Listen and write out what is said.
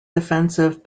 defensive